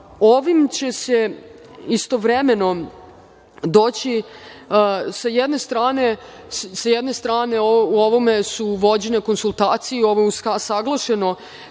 će se istovremeno doći, sa jedne strane, o ovome su vođene konsultacije, ovo je usaglašeno